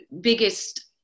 biggest